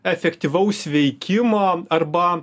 efektyvaus veikimo arba